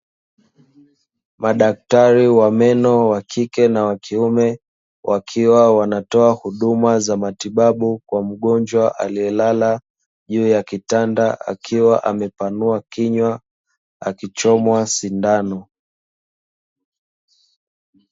Madaktari wa meno wa kike na wa kiume, wakiwa wanatoa huduma za matibabu kwa mgonjwa aliyelala juu ya kitanda, akiwa amepanua kinywa, akichomwa sindano.